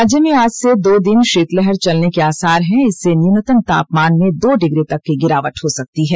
राज्य में आज से दो दिन शीतलहर चलने के आसार हैं इससे न्यूनतम तापमान में दो डिग्री तक की गिरावट हो सकती है